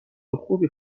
خوبی